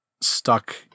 stuck